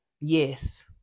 yes